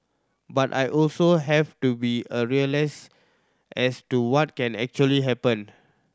but I also have to be a realist as to what can actually happened